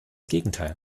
gegenteil